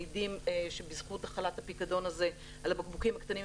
מעידים שבזכות החלת הפיקדון הזה על הבקבוקים הקטנים,